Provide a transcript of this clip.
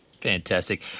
Fantastic